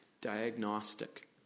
diagnostic